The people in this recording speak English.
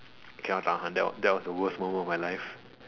cannot tahan that that was the worst moment of my life